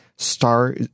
star